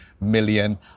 million